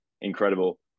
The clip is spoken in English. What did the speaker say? incredible